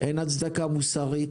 אין הצדקה מוסרית,